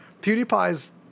PewDiePie's